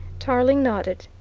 tarling nodded.